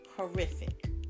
horrific